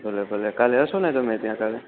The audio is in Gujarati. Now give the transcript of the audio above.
ભલે ભલે કાલે હશો ને તમે ત્યાં તમે